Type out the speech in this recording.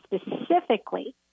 specifically